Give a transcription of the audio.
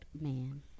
man